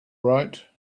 right